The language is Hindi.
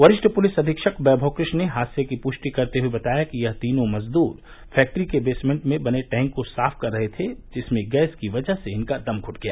वरिष्ठ पुलिस अधीक्षक वैमव कृष्ण ने हादसे की पुष्टि करते हुए बताया कि यह तीनों मज़दूर फैक्ट्री के बेसमेन्ट में बने टैंक को साफ़ कर रहे थे जिसमें गैस की वजह से इनका दम घुट गया